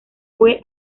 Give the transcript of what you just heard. fue